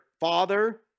Father